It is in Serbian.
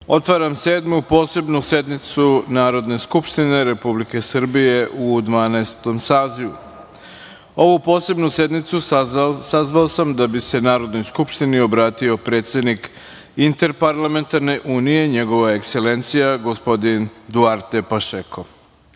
otvaram Sedmu posebnu sednicu Narodne skupštine Republike Srbije u Dvanaestom sazivu. Ovu posebnu sednicu sazvao sam da bi se Narodnoj skupštini obratio predsednik Interparlamentarne unije, Njegova Ekselencija, gospodin Duarte Pašeko. Čast